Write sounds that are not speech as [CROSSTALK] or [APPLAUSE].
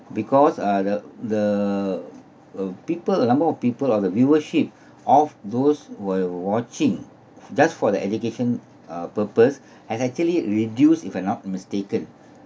because uh the the uh people a number of people or the viewership of those who were watching just for the education uh purpose [BREATH] has actually reduced if I'm not mistaken